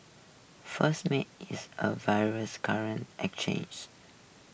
first Meta is a various currency exchanges